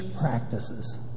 practices